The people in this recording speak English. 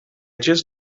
just